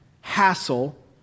hassle